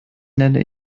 nenne